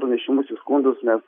pranešimus į skundus mes